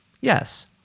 Yes